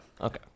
Okay